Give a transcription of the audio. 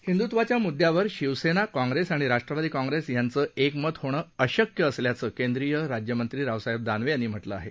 हिंदुत्त्वाच्या मुदयावर शिवसेना काँग्रेस आणि राष्ट्रवादी काँग्रेस यांचं एकमत होणं अशक्य असल्याचं केंद्रीय राज्यमंत्री रावसाहेब दानवे यांनी म्हटलं आहे